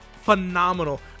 phenomenal